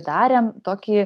darėm tokį